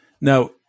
now